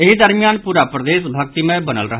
एहि दरमियान पूरा प्रदेश भक्तिमय बनल रहल